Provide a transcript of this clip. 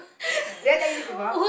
did I tell you this before